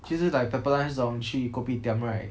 其实 like pepper lunch 这种去 kopitiam right